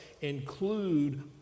include